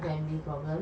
ya